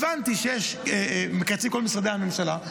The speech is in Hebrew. הבנתי שמקצצים לכל משרדי הממשלה,